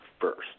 first